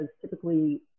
typically